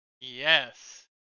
yes